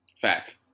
Facts